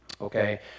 Okay